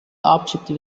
objective